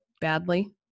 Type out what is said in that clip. badly